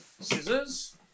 Scissors